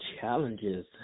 challenges